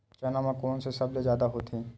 चना म कोन से सबले जादा होथे?